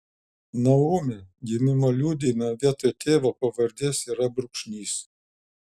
naomi gimimo liudijime vietoj tėvo pavardės yra brūkšnys